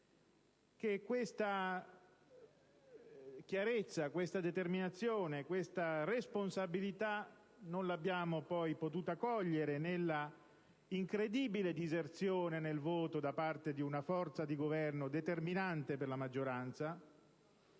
che questa chiarezza, questa determinazione e questa responsabilità non l'abbiamo potuta cogliere nell'incredibile diserzione dal voto da parte di una forza di Governo determinante per la maggioranza;